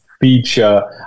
feature